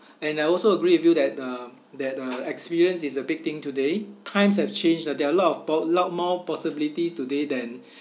and I also agree with you that uh that uh experience is a big thing today times have changed that there are a lot of po~ lot more possibilities today then